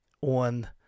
on